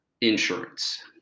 insurance